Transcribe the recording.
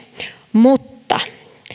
mutta